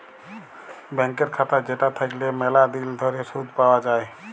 ব্যাংকের খাতা যেটা থাকল্যে ম্যালা দিল ধরে শুধ পাওয়া যায়